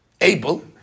able